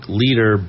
leader